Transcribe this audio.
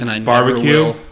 barbecue